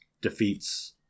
defeats